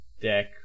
deck